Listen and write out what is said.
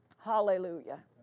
Hallelujah